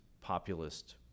populist